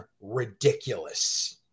ridiculous